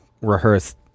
rehearsed